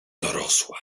dorosła